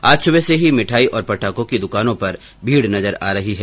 आज सुबह से ही मिठाई और पटाखों की दुकानों पर भीड़ नजर आ रही है